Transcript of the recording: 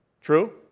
True